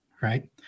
right